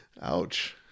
Ouch